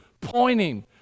pointing